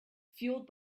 fueled